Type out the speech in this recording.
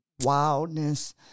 wildness